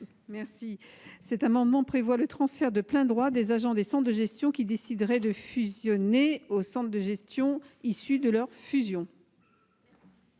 vise à permettre le transfert de plein droit des agents des centres de gestion qui décideraient de fusionner au centre de gestion issu de la fusion.